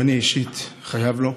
ואני אישית חייב לו,